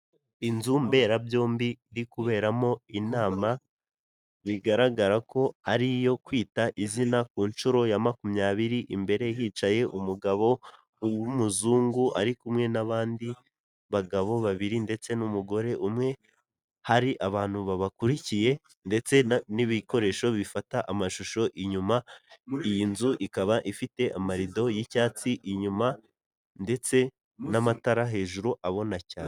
Inzu mberabyombi iri kuberamo inama bigaragara ko ari iyo kwita izina ku nshuro ya makumyabiri imbere hicaye umugabo w'umuzungu ari kumwe n'abandi bagabo babiri ndetse n'umugore umwe hari abantu babakurikiye ndetse n'ibikoresho bifata amashusho inyuma iyi nzu ikaba ifite amarido y'icyatsi inyuma ndetse n'amatara hejuru abona cyane.